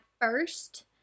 first